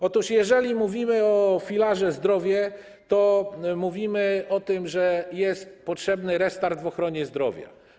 Otóż, jeżeli mówimy o filarze: zdrowie, to mówimy o tym, że jest potrzebny restart w ochronie zdrowia.